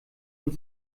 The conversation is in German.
und